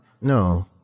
no